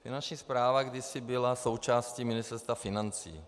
Finanční správa kdysi byla součástí Ministerstva financí.